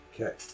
Okay